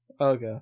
Okay